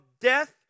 death